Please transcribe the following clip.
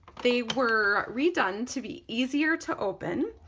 they were redone to be easier to open.